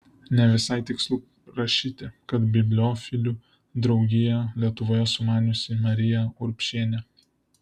ne visai tikslu rašyti kad bibliofilų draugiją lietuvoje sumaniusi marija urbšienė